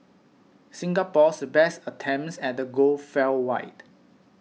Singapore's best attempts at the goal fell wide